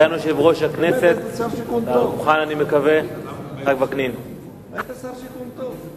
באמת, היית שר שיכון טוב.